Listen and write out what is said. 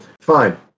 fine